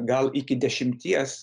gal iki dešimties